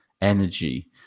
energy